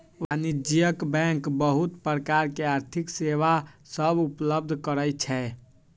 वाणिज्यिक बैंक बहुत प्रकार के आर्थिक सेवा सभ उपलब्ध करइ छै